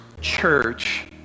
church